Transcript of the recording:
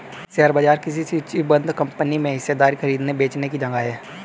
share बाजार किसी सूचीबद्ध कंपनी में हिस्सेदारी खरीदने बेचने की जगह है